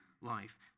life